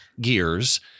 gears